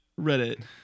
Reddit